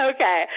Okay